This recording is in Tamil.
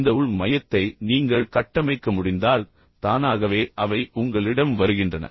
இந்த உள் மையத்தை நீங்கள் கட்டமைக்க முடிந்தால் ஒரு வகையில் மிகவும் தன்னிச்சையாக தானாகவே அவை உங்களிடம் வருகின்றன